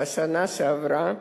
בשנה שעברה.